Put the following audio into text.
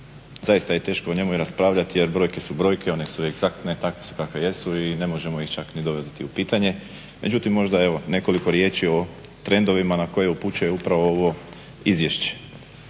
Zaista je teško o njemu i raspravljati jer brojke su brojke, one su egzaktne, takve su kakve jesu i ne možemo ih čak ni dovoditi u pitanje. Međutim, možda evo nekoliko riječi o trendovima na koje upućuje upravo ovo izvješće.